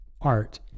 art